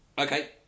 Okay